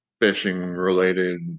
fishing-related